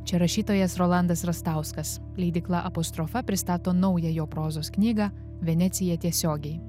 čia rašytojas rolandas rastauskas leidykla apostrofa pristato naują jo prozos knygą venecija tiesiogiai